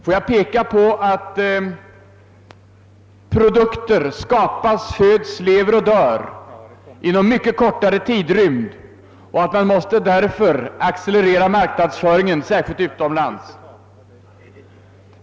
Får jag peka på att produkter nu föds, lever och dör inom mycket kortare tidrymd och att man därför måste accelerera marknadsföringen, särskilt utomlands.